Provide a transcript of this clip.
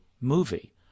movie